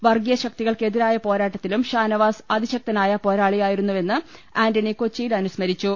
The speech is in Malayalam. വർഗീയ ശക്തികൾക്കെതിരായ പോരാട്ടത്തിലും ഷാന വാസ് അതിശക്തമനായ പോരാളിയായിരുന്നുവെന്ന് ആന്റണി കൊച്ചിയിൽ അനുസ്മരിച്ചു